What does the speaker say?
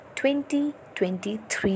2023